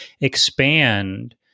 expand